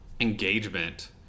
engagement